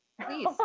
Please